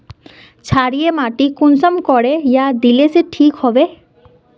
क्षारीय माटी कुंसम करे या दिले से ठीक हैबे?